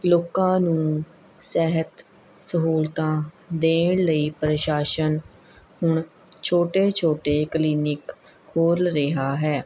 ਲੋਕਾਂ ਨੂੰ ਸਿਹਤ ਸਹੂਲਤਾਂ ਦੇਣ ਲਈ ਪ੍ਰਸ਼ਾਸਨ ਹੁਣ ਛੋਟੇ ਛੋਟੇ ਕਲੀਨਿਕ ਖੋਲ੍ਹ ਰਿਹਾ ਹੈ